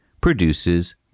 produces